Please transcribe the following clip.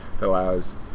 allows